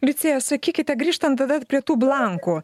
liucija sakykite grįžtant tada prie tų blankų